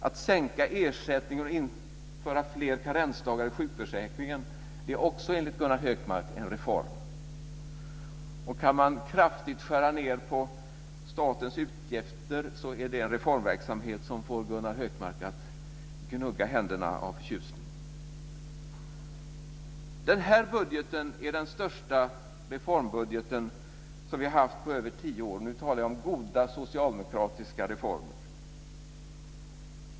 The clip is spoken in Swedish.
Att sänka ersättningen och införa fler karensdagar i sjukförsäkringen är också en reform enligt Hökmark. Kan man kraftigt skära ned på statens utgifter är det en reformverksamhet som får Gunnar Hökmark att gnugga händerna av förtjusning. Den här budgeten är den största reformbudget som vi haft på över tio år. Nu talar jag om goda socialdemokratiska reformer.